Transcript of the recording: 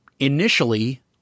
Initially